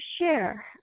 share